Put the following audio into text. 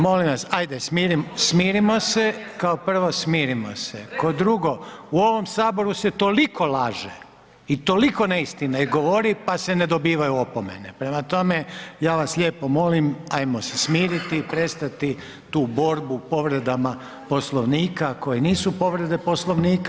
Molim vas ajde smirimo se, kao prvo smirimo se, kao drugo u ovom saboru se toliko laže i toliko neistine govori pa se ne dobivaju opomene, prema tome ja vas lijepo molim ajmo se smiriti i prestati tu borbu povredama Poslovnika, koje nisu povrede Poslovnika.